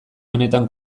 honetan